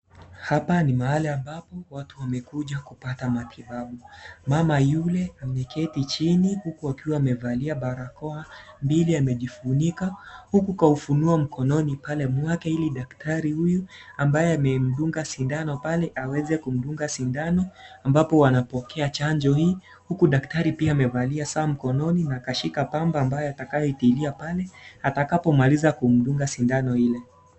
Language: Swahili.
Hapa ni mahali ambapo watu wamekuja kupata matibabu, mama yule ameketi chini huku akiwa amevalia barakoa mbili amejifunika huku kaufunua mkononi pale mwake ili daktari huyu ambaye amemdunga sindano pale aweze kumdunga sindano, ambapo anapokea chanjo hii huku daktari pia amevalia saa mkononi na akashika pamba ambayo atakayo itilia pale atakapomaliza kumdunga sindano ile.